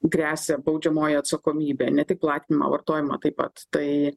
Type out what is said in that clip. gresia baudžiamoji atsakomybė ne tik platinimą vartojimą taip pat tai